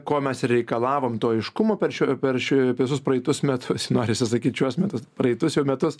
ko mes reikalavom to aiškumo per šio per šiu visus praeitus metus norisi sakyt šiuos metus praeitus jau metus